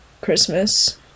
Christmas